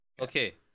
Okay